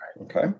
okay